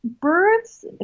Birds